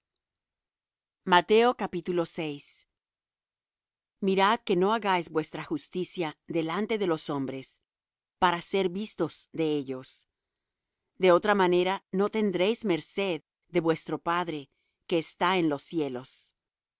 mirad que no hagáis vuestra justicia delante de los hombres para ser vistos de ellos de otra manera no tendréis merced de vuestro padre que está en los cielos